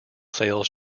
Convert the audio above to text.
sales